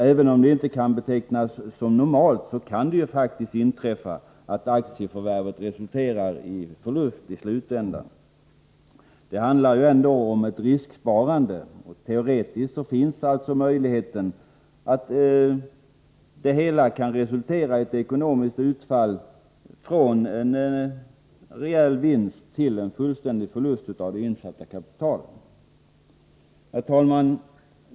Även om det inte kan betecknas som normalt, kan det faktiskt inträffa att aktieförvärvet i slutänden resulterar i förlust. Det handlar ändå om ett risksparande. Teoretiskt finns alltså möjligheten att sparandet resulterar i ett ekonomiskt utfall, som varierar från reell vinst till en fullständig förlust av det insatta kapitalet. Herr talman!